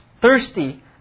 thirsty